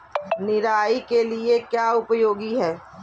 निराई के लिए क्या उपयोगी है?